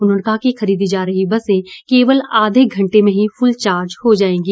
उन्होंने कहा कि खरीदी जा रही बसें केवल आधे घन्टे में ही फुल चार्ज हो जाएगीं